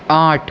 آٹھ